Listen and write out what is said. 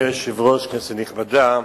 אדוני היושב-ראש, כנסת נכבדה,